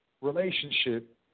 relationship